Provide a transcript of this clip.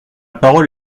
parole